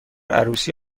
عروسی